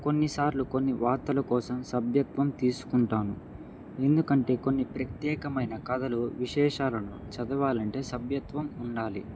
కొన్నిసార్లు కొన్ని వార్తల కోసం సభ్యత్వం తీసుకుంటాను ఎందుకంటే కొన్ని ప్రత్యేకమైన కథలు విశేషాలను చదవాలంటే సభ్యత్వం ఉండాలి